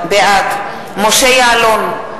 בעד משה יעלון,